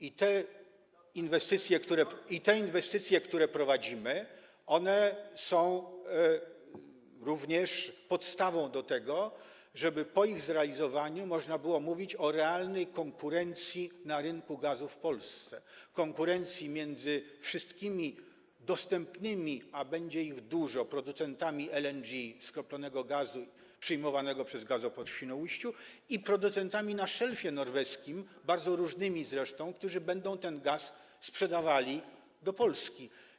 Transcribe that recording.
Inwestycje, które prowadzimy, są również podstawą do tego, żeby po ich zrealizowaniu można było mówić o realnej konkurencji na rynku gazu w Polsce, konkurencji między wszystkimi dostępnymi, a będzie ich dużo, producentami LNG, skroplonego gazu przyjmowanego przez gazoport w Świnoujściu, i producentami na szelfie norweskim, bardzo różnymi zresztą, którzy będą ten gaz sprzedawali do Polski.